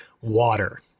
water